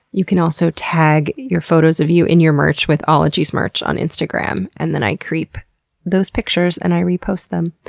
you can also tag your photos of you in your merch with ologiesmerch on instagram. and then i creep those pictures, and i repost them.